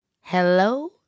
Hello